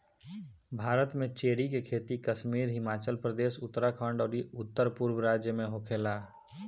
भारत में चेरी के खेती कश्मीर, हिमाचल प्रदेश, उत्तरखंड अउरी उत्तरपूरब राज्य में होखेला